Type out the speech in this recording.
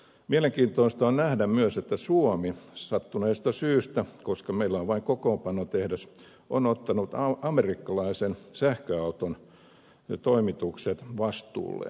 mielenkiintoista on nähdä myös että suomi sattuneesta syystä koska meillä on vain kokoonpanotehdas on ottanut amerikkalaisen sähköauton toimitukset vastuulleen